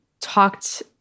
talked